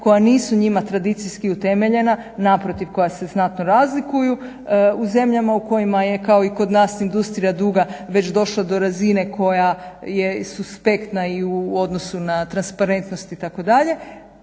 koja nisu njima tradicijski utemeljena, naprotiv koja se znatno razlikuju. U zemljama u kojima je kao i kod nas industrija duga već došla do razine koja je suspektna i u odnosu na transparentnost itd.